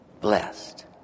blessed